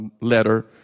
letter